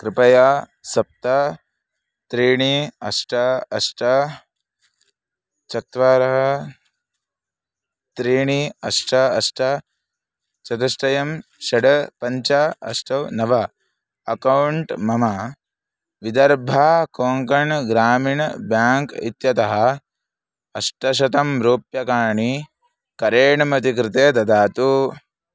कृपया सप्त त्रीणि अष्ट अष्ट चत्वारः त्रीणि अष्ट अष्ट चतुष्टयं षड् पञ्च अष्टौ नव अकौण्ट् मम विदर्भा कोङ्कण् ग्रामीण बेङ्क् इत्यतः अष्टशतं रूप्यकाणि करेणमत्याः कृते ददातु